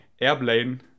airplane